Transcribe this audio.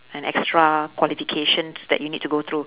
and extra qualifications that you need to go through